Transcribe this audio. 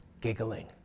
giggling